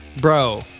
bro